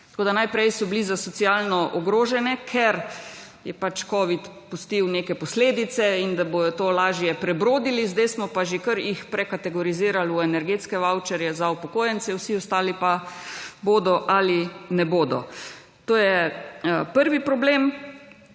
Tako da najprej so bili za socialno ogrožene, ker je covid pustil neke posledice in da bodo to lažje prebrodili sedaj smo pa jih že prekategorizirali v energetske vavčerje za upokojence vsi ostali pa bodo ali ne bodo. To je prvi problem.